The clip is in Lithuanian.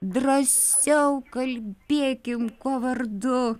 drąsiau kalbėkim kuo vardu